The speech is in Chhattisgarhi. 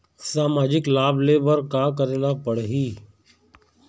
सामाजिक लाभ ले बर का करे ला पड़ही?